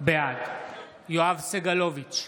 בעד יואב סגלוביץ'